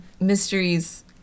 mysteries